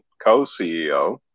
co-CEO